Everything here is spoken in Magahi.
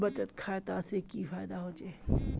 बचत खाता से की फायदा होचे?